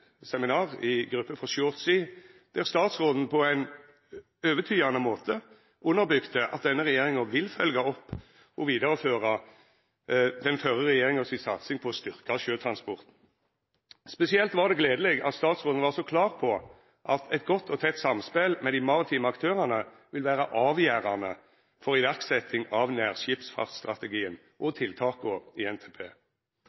seminar i Short Sea-gruppa, der statsråden på ein overtydande måte underbygde at denne regjeringa vil følgja opp og vidareføra den førre regjeringa si satsing på å styrkja sjøtransporten. Spesielt var det gledeleg at statsråden var så klar på at eit godt og tett samspel med dei maritime aktørane vil vera avgjerande for iverksetjing av nærskipsfartstrategien og